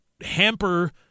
hamper